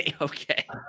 Okay